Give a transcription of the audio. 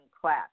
class